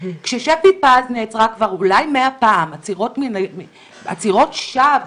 כששפי פז נעצרה כבר אולי מאה פעמים עצירות שווא,